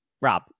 Rob